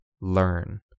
learn